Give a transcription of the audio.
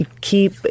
keep